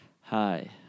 Hi